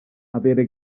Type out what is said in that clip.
avere